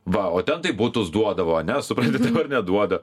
va o ten tai butus duodavo ane supranti dabar neduoda